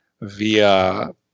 via